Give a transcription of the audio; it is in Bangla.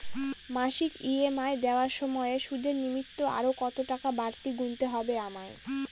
মাসিক ই.এম.আই দেওয়ার সময়ে সুদের নিমিত্ত আরো কতটাকা বাড়তি গুণতে হবে আমায়?